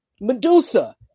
Medusa